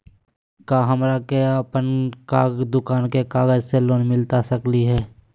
का हमरा के अपन दुकान के कागज से लोन मिलता सकली हई?